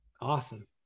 Awesome